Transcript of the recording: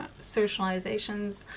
socializations